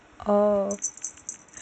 oh